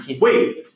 Wait